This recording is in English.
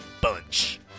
Bunch